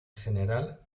general